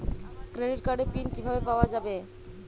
Credit কার্ডের pin কিভাবে পাওয়া যাবে?